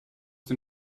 den